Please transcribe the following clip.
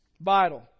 Vital